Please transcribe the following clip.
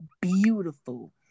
beautiful